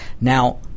Now